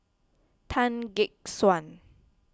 Tan Gek Suan